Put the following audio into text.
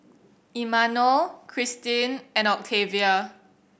Imanol Christin and Octavia